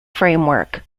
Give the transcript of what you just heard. framework